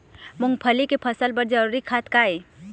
मूंगफली के फसल बर जरूरी खाद का ये?